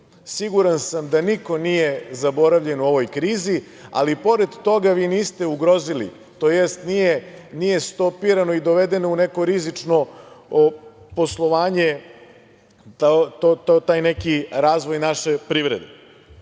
Siguran sam da niko nije zaboravljen u ovoj krizi, ali pored toga vi niste ugrozili, tj. nije stopirano i dovedeno u neko rizično poslovanje taj neki razvoj naše privrede. Vrlo